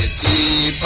t